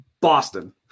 Boston